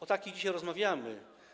O takich dzisiaj rozmawiamy.